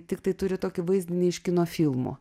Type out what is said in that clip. tiktai turi tokį vaizdinį iš kino filmų